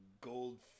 gold